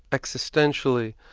existentially.